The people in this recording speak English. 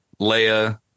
Leia